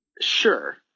Sure